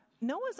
Noah's